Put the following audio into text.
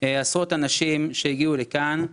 עשרות אנשים שהגיעו לכאן,